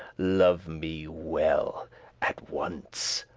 love me well at once,